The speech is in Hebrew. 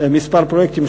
כמה פרויקטים,